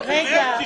איך?